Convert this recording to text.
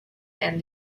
and